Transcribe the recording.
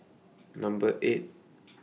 Number eight